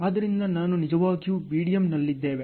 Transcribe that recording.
ಆದ್ದರಿಂದ ನಾವು ನಿಜವಾಗಿಯೂ BDM ನಲ್ಲಿದ್ದೇವೆ